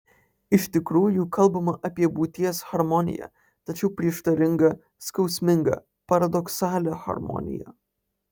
iš tikrųjų kalbama apie būties harmoniją tačiau prieštaringą skausmingą paradoksalią harmoniją